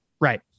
right